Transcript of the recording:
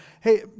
Hey